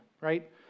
right